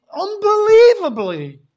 Unbelievably